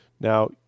Now